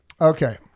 okay